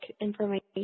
information